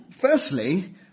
Firstly